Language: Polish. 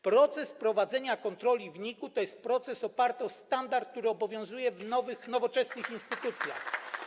Proces prowadzenia kontroli w NIK-u to jest proces oparty o standard, który obowiązuje w nowoczesnych instytucjach.